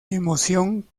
emoción